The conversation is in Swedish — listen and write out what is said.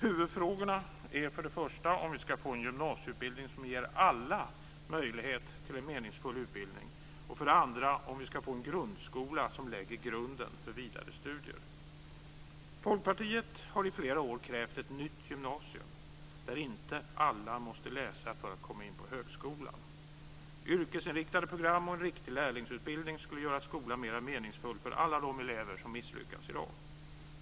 Huvudfrågorna är för det första huruvida vi ska få en gymnasieutbildning som ger alla möjlighet till en meningsfull utbildning, och för det andra huruvida vi ska få en grundskola som lägger grunden för vidare studier. Folkpartiet har i flera år krävt ett nytt gymnasium, där inte alla måste läsa för att komma in på högskolan. Yrkesinriktade program och en riktig lärlingsutbildning skulle göra skolan mer meningsfull för alla de elever som misslyckas i dag.